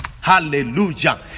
Hallelujah